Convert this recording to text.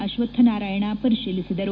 ಅಶ್ವಕ್ಷನಾರಾಯಣ ಪರಿಶೀಲಿಸಿದರು